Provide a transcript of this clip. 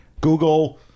Google